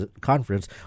conference